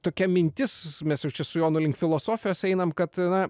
tokia mintis mes jau čia su jonu link filosofijos einam kad na